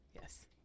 Yes